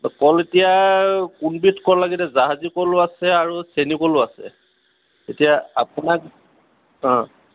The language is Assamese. কল এতিয়া কোনবিধ কল লাগে এতিয়া জাহাজী কলো আছে আৰু চেনিকলো আছে এতিয়া আপোনাক অঁ